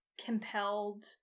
compelled